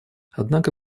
однако